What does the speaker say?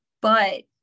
But-